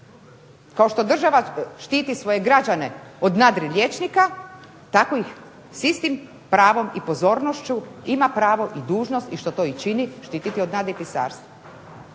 Kao što država štiti svoje građane od nadriliječnika tako ih s istim pravom i pozornošću ima pravo i dužnost i što to i čini, štititi od nadripisarstva.